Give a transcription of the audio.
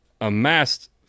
amassed